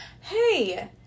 Hey